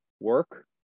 work